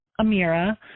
Amira